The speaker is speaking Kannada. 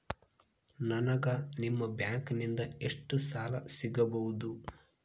ನನಗ ನಿಮ್ಮ ಬ್ಯಾಂಕಿನಿಂದ ಎಷ್ಟು ಸಾಲ ಸಿಗಬಹುದು?